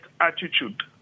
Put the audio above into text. attitude